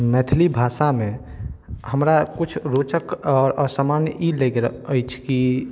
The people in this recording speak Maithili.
मैथिली भाषामे हमरा किछु रोचक आओर असामान्य ई लाइग रहल अछि कि